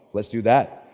let's do that.